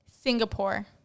Singapore